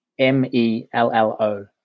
m-e-l-l-o